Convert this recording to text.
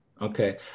Okay